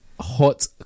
hot